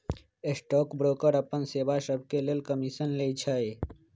stock broker अप्पन सेवा सभके लेल कमीशन लइछइ